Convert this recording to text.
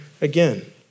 again